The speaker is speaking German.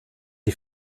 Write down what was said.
die